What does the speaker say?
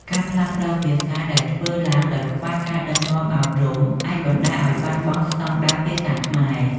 ការផ្លាស់ប្ដូរភាសាដែលធ្វើឡើងដោយខ្វះការដឹកនាំអប់រំអាចបណ្តាលឲ្យបាត់បង់ស្តង់ដារភាសាខ្មែរ។